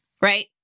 Right